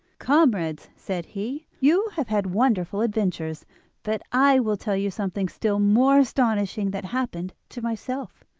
comrades, said he, you have had wonderful adventures but i will tell you something still more astonishing that happened to myself.